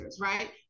right